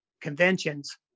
conventions